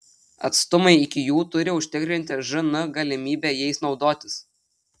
atstumai iki jų turi užtikrinti žn galimybę jais naudotis